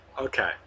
okay